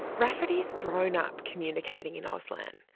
rafferty's grown up communicating in auslan,